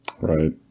Right